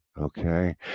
okay